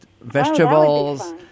vegetables